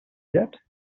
yet